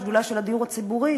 לשדולה של הדיור הציבורי,